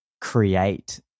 create